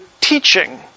teaching